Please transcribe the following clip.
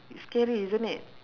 scary isn't it